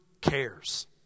cares